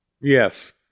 yes